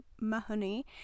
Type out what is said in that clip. Mahoney